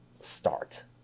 start